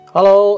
Hello